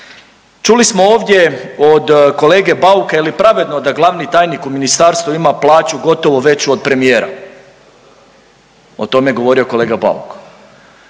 Čuli smo ovdje od kolege Bauka je li pravedno da glavni tajnik u ministarstvu ima plaću gotovo veću od premijera, o tome je govorio kolega Bauk